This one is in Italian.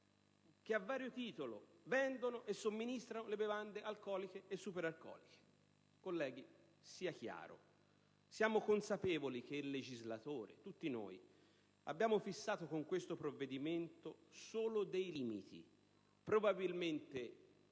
che a vario titolo vendono e somministrano bevande alcoliche e superalcoliche. Colleghi, sia chiaro: siamo consapevoli che il legislatore - cioè tutti noi - va a fissare con questo provvedimento solo limiti probabilmente